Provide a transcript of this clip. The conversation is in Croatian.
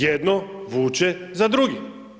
Jedno vuče za drugim.